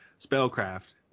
Spellcraft